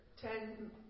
ten